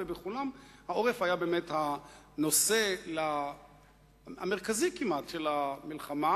ובכולן העורף היה באמת הנושא המרכזי כמעט של המלחמה,